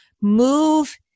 move